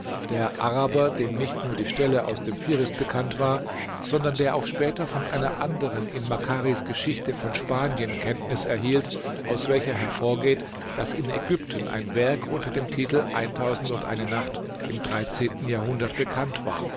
der araber dem nicht nur die stelle aus dem fihrist bekannt war sondern der auch später von einer anderen in makkaris geschichte von spanien kenntnis erhielt aus welcher hervorgeht daß in ägypten ein werk unter dem titel nacht im dreizehnten jahrhundert bekannt war